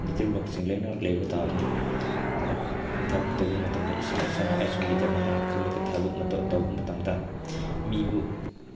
leader ꯋꯥꯔꯛꯁꯤꯡ ꯂꯣꯏꯅ ꯂꯩꯕ ꯇꯥꯕꯅꯤ ꯂꯣꯏꯅꯃꯛ ꯊꯕꯛ ꯇꯧꯕ ꯃꯇꯝꯗ ꯏꯁꯥ ꯏꯁꯥꯅ ꯑꯩꯁꯨ ꯂꯤꯗꯔꯅꯤ ꯍꯥꯏꯅ ꯈꯜꯂꯒ ꯊꯕꯛ ꯑꯃ ꯇꯧꯕ ꯃꯇꯝꯗ ꯃꯤꯕꯨꯨ